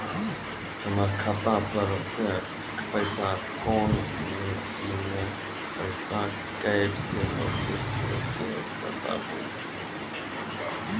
हमर खाता पर से पैसा कौन मिर्ची मे पैसा कैट गेलौ देख के बताबू?